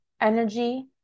energy